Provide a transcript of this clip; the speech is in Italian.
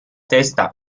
testa